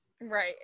Right